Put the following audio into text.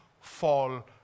fall